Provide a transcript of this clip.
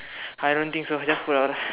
I don't think so just put down there